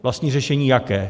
Vlastní řešení jaké?